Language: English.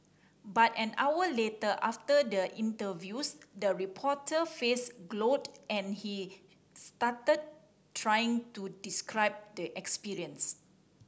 but an hour later after the interviews the reporter face glowed and he stuttered trying to describe the experience